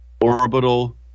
orbital